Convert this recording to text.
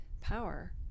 power